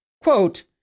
Quote